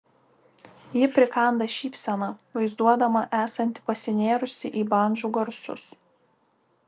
ji prikanda šypseną vaizduodama esanti pasinėrusi į bandžų garsus